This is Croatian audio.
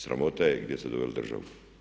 Sramota je gdje ste doveli državu.